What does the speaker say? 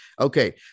Okay